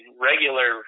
regular